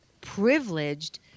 privileged